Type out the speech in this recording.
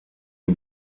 die